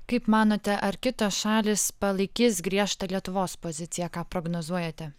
kaip manote ar kitos šalys palaikys griežtą lietuvos poziciją ką prognozuojate